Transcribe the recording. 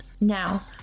Now